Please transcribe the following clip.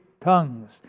tongues